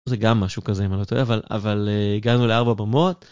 זה גם משהו כזה אם אני לא טועה אבל אבל הגענו לארבע במות.